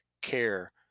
care